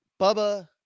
Bubba